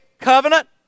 covenant